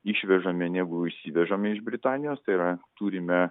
išvežame negu įsivežame iš britanijos tai yra turime